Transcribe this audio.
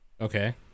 Okay